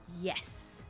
Yes